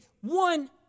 One